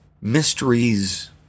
mysteries